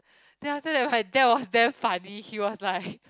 then after that my dad was damn funny he was like